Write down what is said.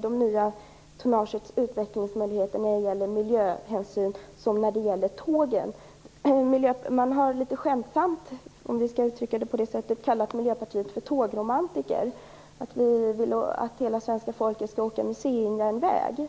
det nya tonnagets utvecklingsmöjligheter i fråga om miljöhänsyn som på tågen. Litet skämtsamt har vi i Miljöpartiet kallats för tågromantiker och det har sagts att vi vill att hela svenska folket skall åka på museijärnväg.